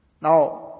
now